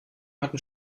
hatten